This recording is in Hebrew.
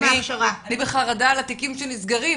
אני בחרדה על התיקים שנסגרים,